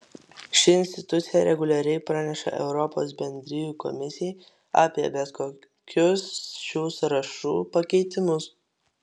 ši institucija reguliariai praneša europos bendrijų komisijai apie bet kokius šių sąrašų pakeitimus